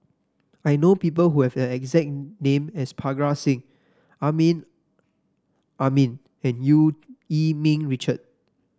I know people who have the exact name as Parga Singh Amrin Amin and Eu Yee Ming Richard